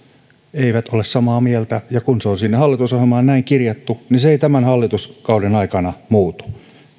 eivät ole samaa mieltä ja kun se on sinne hallitusohjelmaan näin kirjattu niin se ei tämän hallituskauden aikana muutu